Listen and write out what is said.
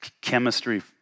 chemistry